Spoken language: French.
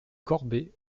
corbet